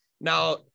Now